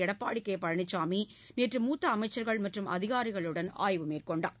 எடப்பாடி கேபழனிசாமி நேற்று மூத்த அமைச்சர்கள் மற்றும் அதிகாரிகளுடன் நேற்று ஆய்வு மேற்கொண்டார்